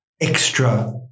extra